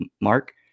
mark